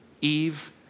eve